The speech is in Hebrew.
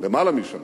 למעלה משנה,